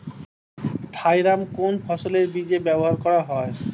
Thiram কোন ফসলের বীজে ব্যবহার করা হয়?